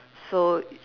so